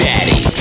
Daddy